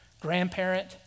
grandparent